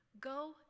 Go